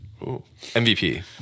MVP